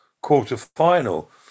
quarter-final